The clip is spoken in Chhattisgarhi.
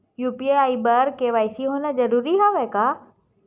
यू.पी.आई बर के.वाई.सी होना जरूरी हवय का?